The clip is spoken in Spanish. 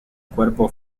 cuerpo